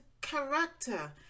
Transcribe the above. character